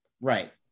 right